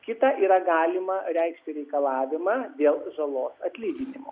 kita yra galima reikšti reikalavimą dėl žalos atlyginimo